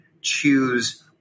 choose